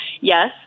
yes